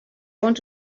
want